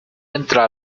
entra